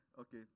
okay